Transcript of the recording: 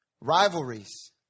Rivalries